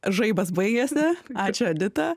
žaibas baigėsi ačiū edita